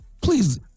please